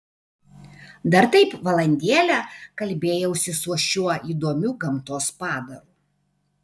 dar taip valandėlę kalbėjausi su šiuo įdomiu gamtos padaru